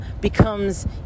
becomes